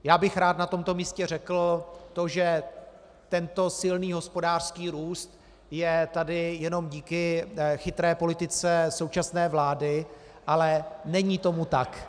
Já bych rád na tomto místě řekl to, že tento silný hospodářský růst je tady jenom díky chytré politice současné vlády, ale není tomu tak.